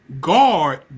guard